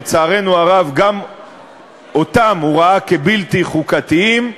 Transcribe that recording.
לצערנו הרב, גם אותם הוא ראה כבלתי חוקתיים.